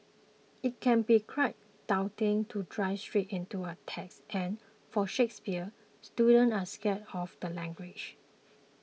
it can be quite daunting to dive straight into a text and for Shakespeare students are scared of the language